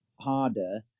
harder